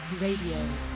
Radio